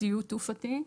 לציוד תעופתי".